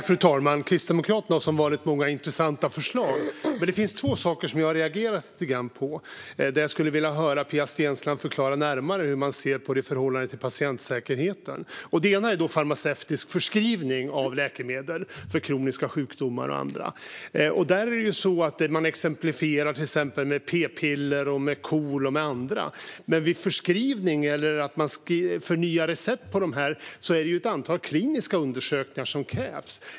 Fru talman! Kristdemokraterna har som vanligt många intressanta förslag, men det är två saker som jag har reagerat lite grann på. Jag skulle vilja höra Pia Steensland förklara närmare hur man ser på dem i förhållande till patientsäkerheten. Det ena gäller farmaceutisk förskrivning av läkemedel för kroniska sjukdomar och annat. Där används bland annat p-piller och mediciner för KOL som exempel, men vid förskrivning eller förnyelse av recept på dessa läkemedel krävs det ett antal kliniska undersökningar.